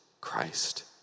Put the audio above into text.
Christ